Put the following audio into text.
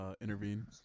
intervene